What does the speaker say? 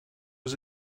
was